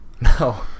No